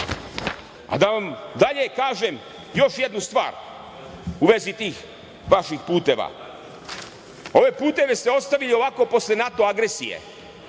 vam dalje kažem još jednu stvar u vezi tih vaših puteva. Ove puteve ste ostavili ovako posle NATO agresije